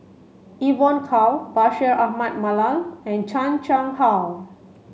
Evon Kow Bashir Ahmad Mallal and Chan Chang How